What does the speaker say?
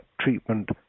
treatment